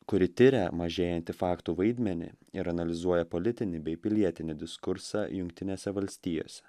kuri tiria mažėjantį faktų vaidmenį ir analizuoja politinį bei pilietinį diskursą jungtinėse valstijose